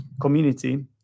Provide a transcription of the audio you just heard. community